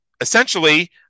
essentially